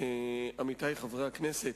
עמיתי חברי הכנסת,